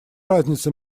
разница